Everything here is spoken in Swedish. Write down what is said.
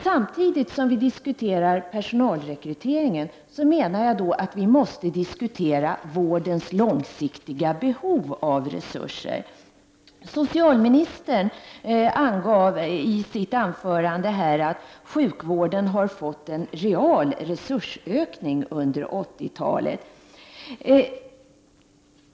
Samtidigt som vi diskuterar personalrekryteringen måste vi, menar jag, diskutera vårdens långsiktiga behov av resurser. Socialministern angav i sitt anförande här att sjukvården har fått en real resursökning under 80-talet.